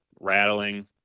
rattling